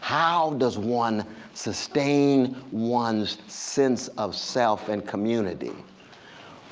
how does one sustain one's sense of self and community